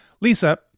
Lisa